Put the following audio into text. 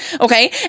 okay